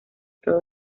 todo